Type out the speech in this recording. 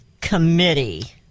committee